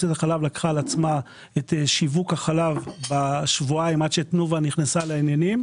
היא לקחה על עצמה את שיווק החלב בשבועיים עד שתנובה נכנסה לעניין.